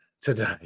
today